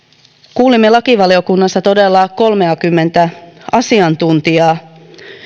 kuulimme lakivaliokunnassa todella kolmeakymmentä asiantuntijaa